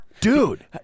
Dude